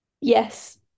Yes